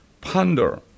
ponder